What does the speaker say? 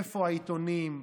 איפה העיתונים?